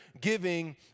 giving